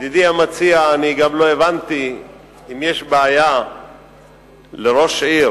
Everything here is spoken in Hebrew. ידידי המציע, אני גם לא הבנתי אם יש בעיה לראש עיר